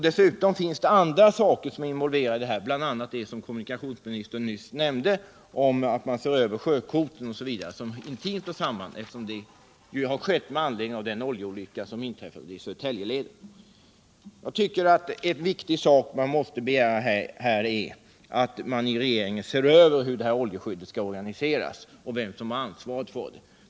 Dessutom finns andra saker involverade här, bl.a. det som kommunikationsministern nyss nämnde om översyn av sjökorten, som intimt hänger samman med dessa frågor. Översynen sker ju med anledning av den oljeolycka som inträffade i Södertäljeleden. Det är viktigt att begära att regeringen ser över hur oljeskyddet skall organiseras och vem som skall ha ansvaret för det.